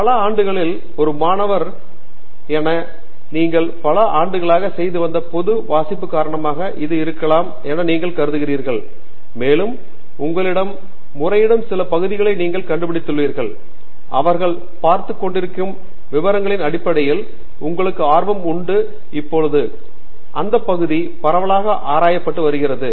பல ஆண்டுகளில் ஒரு மாணவர் என நீங்கள் பல ஆண்டுகளாக செய்து வந்த பொது வாசிப்பு காரணமாக இது இருக்கலாம் என நீங்கள் கருதுகிறீர்கள் மேலும் உங்களிடம் முறையிடும் சில பகுதிகளை நீங்கள் கண்டுபிடித்துள்ளீர்கள் அவர்கள் பார்த்துக் கொண்டிருக்கும் விவரங்களின் அடிப்படையில் உங்களுக்கு ஆர்வம் உண்டு இப்போது அந்த பகுதி பரவலாக ஆராயப்பட்டு வருகிறது